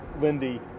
Lindy